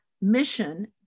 mission